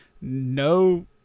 no